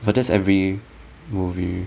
but that's every movie